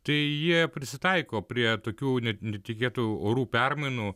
tai jie prisitaiko prie tokių netikėtų orų permainų